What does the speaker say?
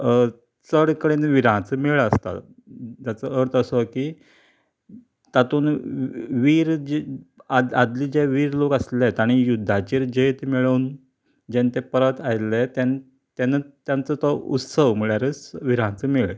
चड कडेन विरांचो मेळ आसता जाचो अर्थ असो की तातूंत वीर जी आद आदली जे वीर लोक आसलें ताणी युद्दाचेर जैत मेळोन जेन्न तें परत आयल्ले तेन्न तेन्ना तांचो तो उत्सव म्हळ्यारच विरांचो मेळ